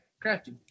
crafty